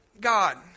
God